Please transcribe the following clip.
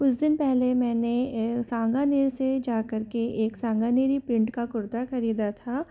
कुछ दिन पहले मैंने सांगानेर से जाकर के एक सागानेरी प्रिंट का कुर्ता खरीदा था